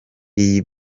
iyi